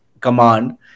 command